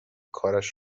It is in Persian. کارش